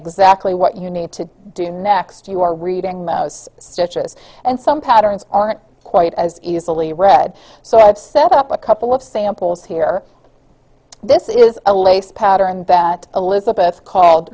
exactly what you need to do next you are reading stitches and some patterns aren't quite as easily read so i've set up a couple of samples here this is a lace pattern that elizabeth called